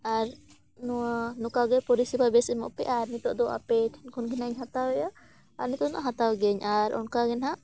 ᱟᱨ ᱱᱚᱣᱟ ᱱᱚᱝᱠᱟ ᱜᱮ ᱯᱚᱨᱤᱥᱮᱵᱟ ᱵᱮᱥ ᱮᱢᱚᱜ ᱯᱮ ᱟᱨ ᱱᱤᱛᱳᱜ ᱫᱚ ᱟᱯᱮ ᱴᱷᱮᱱ ᱠᱷᱚᱱ ᱜᱮ ᱱᱟᱦᱟᱜ ᱤᱧ ᱦᱟᱛᱟᱣ ᱮᱫᱟ ᱟᱨ ᱱᱤᱛᱳᱜ ᱫᱚ ᱦᱟᱛᱟᱣ ᱜᱮᱭᱟᱹᱧ ᱟᱨ ᱚᱱᱠᱟ ᱜᱮ ᱱᱟᱦᱟᱜ